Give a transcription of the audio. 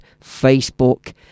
facebook